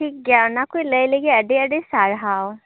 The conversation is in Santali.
ᱴᱷᱤᱠᱜᱮᱭᱟ ᱚᱱᱟ ᱠᱚ ᱞᱟᱹᱭ ᱞᱟᱹᱜᱤᱫ ᱟᱹᱰᱤ ᱟᱹᱰᱤ ᱥᱟᱨᱦᱟᱣ